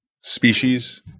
species